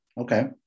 okay